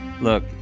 look